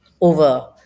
over